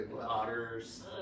otters